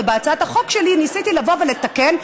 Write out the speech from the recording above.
ובהצעת החוק שלי ניסיתי לבוא ולתקן,